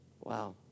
Wow